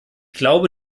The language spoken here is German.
glaube